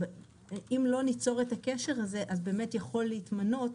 אם לא ניצור את הקשר הזה אז באמת יכול להתמנות,